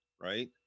right